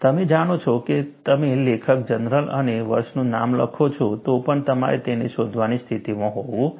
તમે જાણો છો કે તમે લેખક જર્નલ અને વર્ષનું નામ લખો છો તો પણ તમારે તેને શોધવાની સ્થિતિમાં હોવું જોઈએ